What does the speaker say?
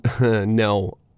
No